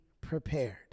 prepared